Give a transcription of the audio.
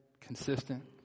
consistent